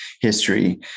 history